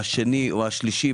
השני או השלישי,